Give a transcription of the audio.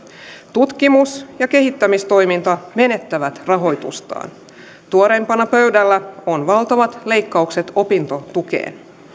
tutkimus ja kehittämistoiminta menettävät rahoitustaan tuoreimpana pöydällä on valtavat leikkaukset opintotukeen